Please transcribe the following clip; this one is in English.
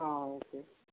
okay